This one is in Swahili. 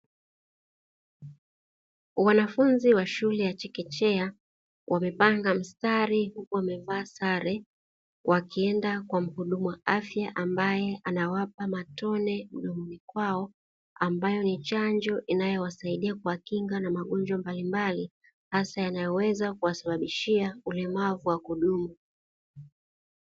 Wanafunzi wa shule ya chekechea, wamepanga mstari, huku wamevaa sare, wakienda kwa muhudumu wa afya, ambaye anawapa matone mdomoni kwao, ambayo ni chanjo inayowasaidia kuwakinga na magonjwa mbalimbali, hasa yanayoweza kuwasababishia ulemavu wa kudumu.